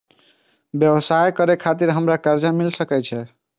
व्यवसाय करे खातिर हमरा कर्जा मिल सके छे?